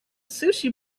sushi